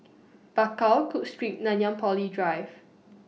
Bakau Cook Street Nanyang Poly Drive